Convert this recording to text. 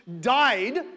died